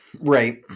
Right